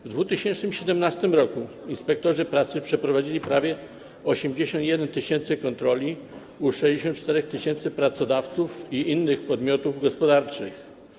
W 2017 r. inspektorzy pracy przeprowadzili prawie 81 tys. kontroli u 64 tys. pracodawców i innych podmiotów gospodarczych.